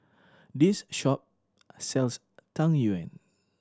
this shop sells Tang Yuen